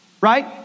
Right